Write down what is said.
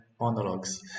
monologues